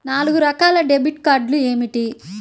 నాలుగు రకాల డెబిట్ కార్డులు ఏమిటి?